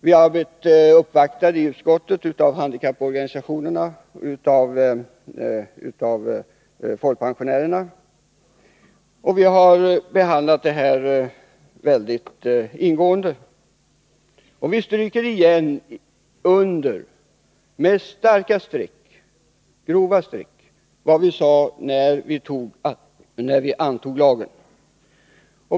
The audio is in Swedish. Vi har blivit uppvaktade i utskottet av handikapporganisationerna och av folkpensionärerna, och vi har behandlat frågan mycket ingående. Vi stryker åter under med grova streck vad vi sade när vi antog lagen.